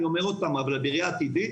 אבל בראייה עתידית